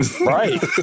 Right